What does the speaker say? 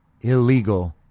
illegal